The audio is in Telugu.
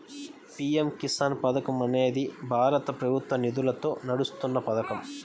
పీ.ఎం కిసాన్ పథకం అనేది భారత ప్రభుత్వ నిధులతో నడుస్తున్న పథకం